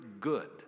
good